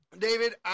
David